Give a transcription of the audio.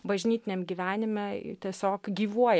bažnytiniam gyvenime tiesiog gyvuoja